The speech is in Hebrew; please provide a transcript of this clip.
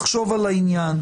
לחשוב על העניין,